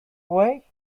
way